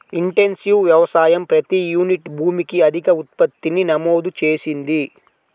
intensive వ్యవసాయం ప్రతి unit భూమికి అధిక ఉత్పత్తిని నమోదు చేసింది